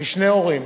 משני הוריהם.